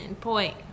point